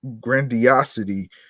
grandiosity